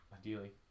ideally